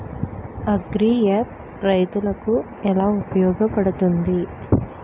Agri app రైతులకి ఏలా ఉపయోగ పడుతుంది?